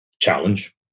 challenge